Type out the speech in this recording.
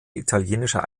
italienischer